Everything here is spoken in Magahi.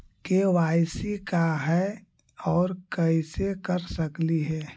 के.वाई.सी का है, और कैसे कर सकली हे?